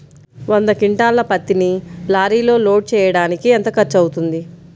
వంద క్వింటాళ్ల పత్తిని లారీలో లోడ్ చేయడానికి ఎంత ఖర్చవుతుంది?